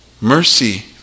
Mercy